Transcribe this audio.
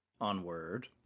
onward